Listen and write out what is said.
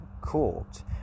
court